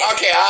Okay